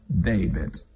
David